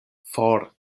for